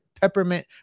peppermint